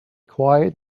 quiet